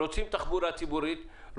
רוצים תחבורה ציבורית,